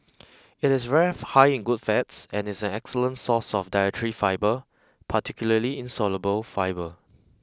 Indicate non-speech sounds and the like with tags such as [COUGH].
it is very [UNINTELLIGIBLE] high in good fats and is an excellent source of dietary fibre particularly insoluble fibre